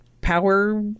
power